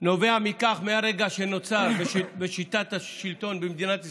נובע מכך שמהרגע שנוצר בשיטת השלטון במדינת ישראל,